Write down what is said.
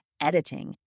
editing